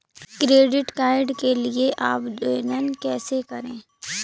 Credit card के लिए आवेदन कैसे करें?